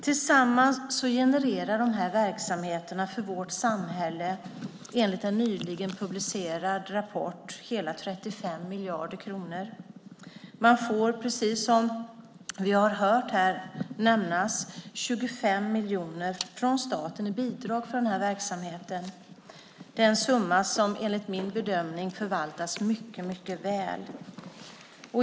Tillsammans genererar de här verksamheterna för vårt samhälle enligt en nyligen publicerad rapport hela 35 miljarder kronor. Verksamheten får precis som vi har hört nämnas här 25 miljoner från staten i bidrag. Det är en summa som enligt min bedömning förvaltas mycket väl.